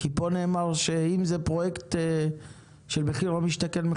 נאמר שאם זה פרויקט של מחיר למשתכן,